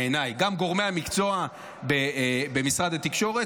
בעיניי וגם גורמי המקצוע במשרד התקשורת,